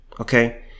okay